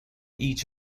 each